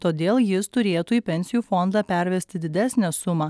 todėl jis turėtų į pensijų fondą pervesti didesnę sumą